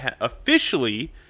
officially